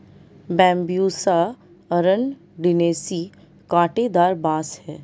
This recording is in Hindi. बैम्ब्यूसा अरंडिनेसी काँटेदार बाँस है